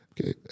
Okay